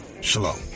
Shalom